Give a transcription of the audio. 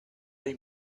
they